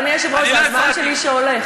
אדוני היושב-ראש, זה הזמן שלי שהולך.